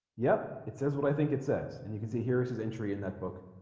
yep it says what i think it says and you can see here is his entry in that book